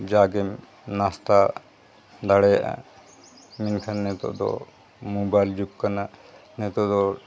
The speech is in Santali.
ᱡᱟᱜᱮᱢ ᱱᱟᱥᱛᱟ ᱫᱟᱲᱮᱭᱟᱜᱼᱟ ᱢᱮᱱᱠᱷᱟᱱ ᱱᱤᱛᱚᱜ ᱫᱚ ᱢᱳᱵᱟᱭᱤᱞ ᱡᱩᱜᱽ ᱠᱟᱱᱟ ᱱᱤᱛᱚᱜ ᱫᱚ